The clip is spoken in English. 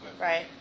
Right